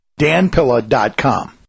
danpilla.com